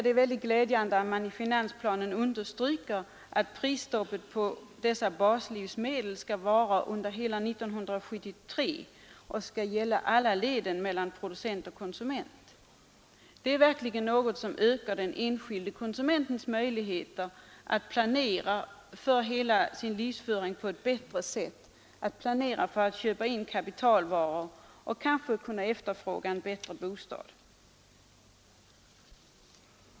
Det är glädjande att i finansplanen understryks att prisstoppet på baslivsmedel skall bestå under hela 1973 och gälla alla leden mellan producent och konsument. Detta ökar den enskilda konsumentens möjligheter att planera för hela sin livsföring på ett bättre sätt, att planera för inköp av kapitalvaror och kanske kunna efterfråga en bättre bostad.